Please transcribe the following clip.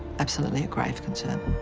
absolutely a grave concern.